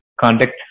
conduct